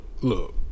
look